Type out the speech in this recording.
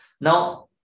Now